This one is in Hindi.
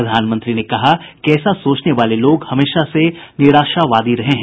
प्रधानमंत्री ने कहा कि ऐसा सोचने वाले लोग हमेशा से निराशावादी रहे हैं